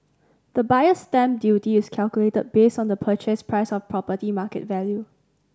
the Buyer's Stamp Duty is calculated based on the purchase price or property market value